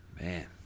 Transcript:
Man